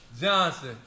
Johnson